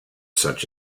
such